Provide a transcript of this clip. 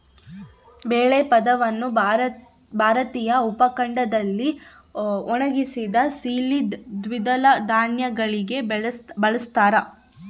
ಬೇಳೆ ಪದವನ್ನು ಭಾರತೀಯ ಉಪಖಂಡದಲ್ಲಿ ಒಣಗಿಸಿದ, ಸೀಳಿದ ದ್ವಿದಳ ಧಾನ್ಯಗಳಿಗೆ ಬಳಸ್ತಾರ